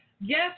Yes